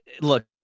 look